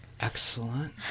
Excellent